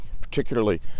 particularly